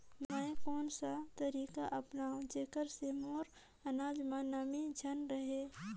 मैं कोन कस तरीका अपनाओं जेकर से मोर अनाज म नमी झन रहे?